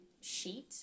sheet